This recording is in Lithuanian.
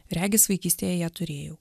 regis vaikystėj ją turėjau